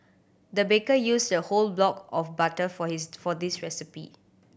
the baker used a whole block of butter for his for this recipe